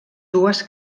dues